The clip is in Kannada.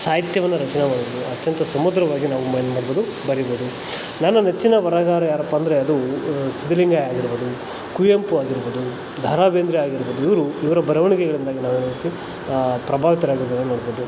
ಸಾಹಿತ್ಯವನ್ನು ರಚನೆ ಮಾಡೋದು ಅತ್ಯಂತ ಸುಮಧುರವಾಗಿ ನಾವು ಮ ಏನು ಮಾಡ್ಬೋದು ಬರೀಬೋದು ನನ್ನ ನೆಚ್ಚಿನ ಬರಹಗಾರ ಯಾರಪ್ಪ ಅಂದರೆ ಅದು ಸಿದ್ದಲಿಂಗಯ್ಯ ಆಗಿರ್ಬೋದು ಕುವೆಂಪು ಆಗಿರ್ಬೋದು ದ ರಾ ಬೇಂದ್ರೆ ಆಗಿರ್ಬೋದು ಇವರು ಇವರ ಬರವಣಿಗೆಗಳಿಂದಾಗಿ ನಾವಂತೂ ಪ್ರಭಾವಿತರಾಗಿರೋದನ್ನ ನೋಡ್ಬೋದು